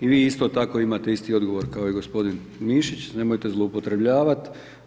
I vi isto tako imate isti odgovor, kao i gospodin Mišić, nemojte zloupotrjebljavati.